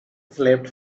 slept